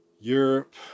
Europe